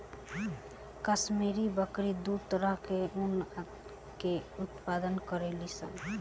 काश्मीरी बकरी दू तरह के ऊन के उत्पादन करेली सन